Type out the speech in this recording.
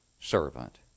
servant